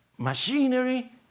Machinery